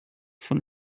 von